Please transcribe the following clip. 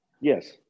Yes